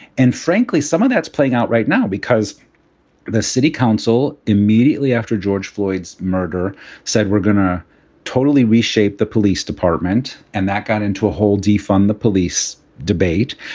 and frankly, some of that's playing out right now because the city council immediately after george floyds murder said we're going to totally reshape the police department. and that got into a whole defund the police debate.